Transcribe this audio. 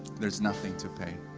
there's nothing to pay.